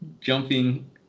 jumping